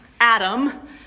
Adam